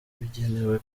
bigenewe